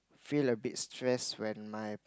feel a bit stress when my